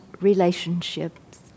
relationships